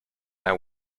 hair